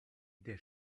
der